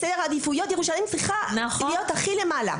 אז בסדר העדיפויות ירושלים צריכה להיות ראשונה מלמעלה.